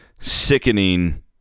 sickening